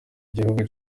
gihugu